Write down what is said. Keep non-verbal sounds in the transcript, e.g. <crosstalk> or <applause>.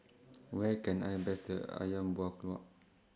<noise> Where Can I Better Ayam Buah Keluak